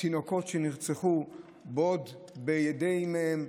תינוקות שנרצחו בעודם בידי אימותיהם,